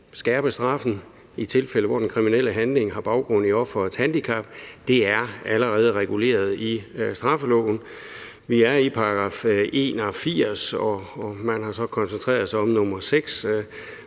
skærpe straffen i tilfælde, hvor den kriminelle handling har baggrund i offerets handicap, allerede er reguleret i straffeloven. Vi er i § 81, og man har så koncentreret sig om § 81, nr.